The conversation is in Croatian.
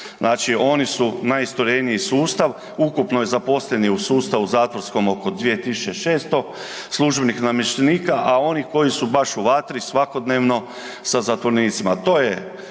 Znači oni su najistureniji sustav, ukupno je zaposlenih u sustavu zatvorskom oko 2600 službenih namještenika, a oni koji su baš u vatri svakodnevno sa zatvorenicima.